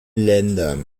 ländern